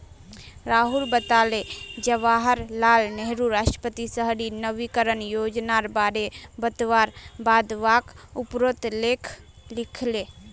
राहुल बताले जवाहर लाल नेहरूर राष्ट्रीय शहरी नवीकरण योजनार बारे बतवार बाद वाक उपरोत लेख लिखले